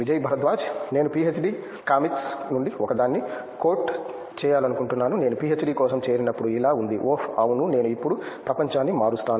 విజయ్ భరద్వాజ్ నేను PhD comics నుండి ఒకదాన్ని కోట్ చేయాలనుకుంటున్నాను నేను పిహెచ్డి కోసం చేరినప్పుడు ఇలా ఉంది ఓహ్ అవును నేను ఇప్పుడు ప్రపంచాన్ని మారుస్తాను